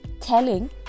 telling